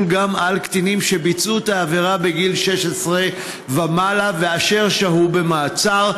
גם על קטינים שביצעו את העבירה בגיל 16 ומעלה ואשר שהו במעצר,